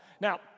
now